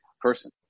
person